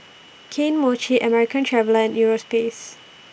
Kane Mochi American Traveller Europace